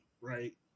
right